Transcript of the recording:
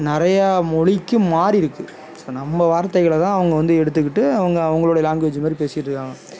நிறையா மொழிக்கு மாறியிருக்கு நம்ம வார்த்தைகளை தான் அவங்க எடுத்துகிட்டு அவங்க அவங்களோட லாங்வேஜ் மாதிரி பேசிகிட்டு இருக்கிறாங்க